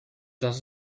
does